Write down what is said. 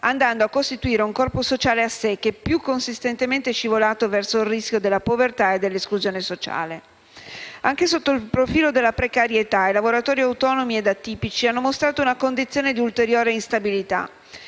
andando a costituire un corpo sociale a sé, che più consistentemente è scivolato verso il rischio della povertà e dell'esclusione sociale. Anche sotto il profilo della precarietà, i lavoratori autonomi e "atipici" hanno mostrato una condizione di ulteriore instabilità.